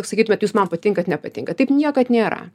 tiesiog sakytumėt jūs man patinkat nepatinkat taip niekad nėra